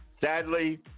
Sadly